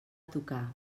tocar